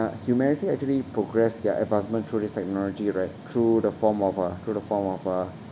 humanity actually progress their advancement through this technology right through the form of a through the form of a